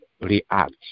react